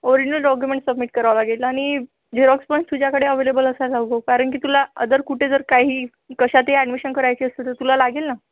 original document submit करावं लागेल आणि झेरॉक्स पण तुझ्याकडे अवेलेबल असायला हवं कारण की तुला अदर कुठे जर काही कशातही ॲडमिशन करायची असती तर तुला लागेल ना